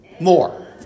more